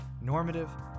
normative